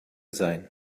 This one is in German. sein